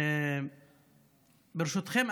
ברשותכם,